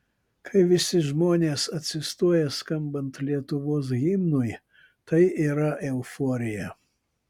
kai visi žmonės atsistoja skambant lietuvos himnui tai yra euforija